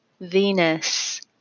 Venus